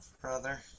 brother